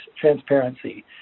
transparency